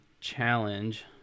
challenge